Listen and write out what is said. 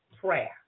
prayer